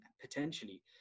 potentially